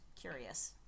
curious